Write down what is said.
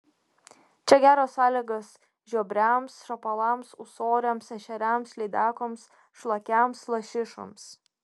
čia geros sąlygos žiobriams šapalams ūsoriams ešeriams lydekoms šlakiams lašišoms